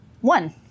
One